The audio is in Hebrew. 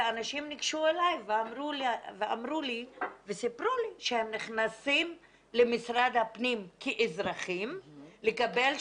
ואנשים ניגשו אלי וסיפרו לי שהם נכנסים למשרד הפנים כאזרחים לקבל שירות,